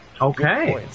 Okay